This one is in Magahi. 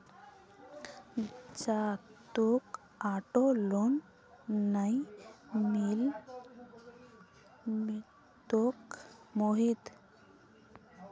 जा, तोक ऑटो लोन नइ मिलतोक मोहित